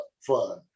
fun